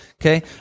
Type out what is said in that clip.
okay